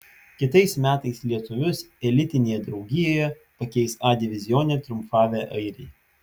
kitais metais lietuvius elitinėje draugijoje pakeis a divizione triumfavę airiai